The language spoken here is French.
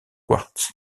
quartz